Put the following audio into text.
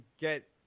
get